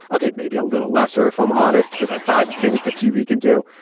ok, maybe a little lesser if i'm honest, because i prize the things the tv can do.